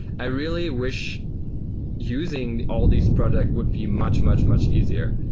i really wish using all these products would be much, much, much easier.